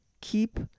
Keep